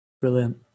brilliant